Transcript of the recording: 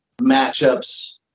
matchups